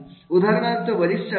उदाहरणार्थ वरिष्ठ अभियंता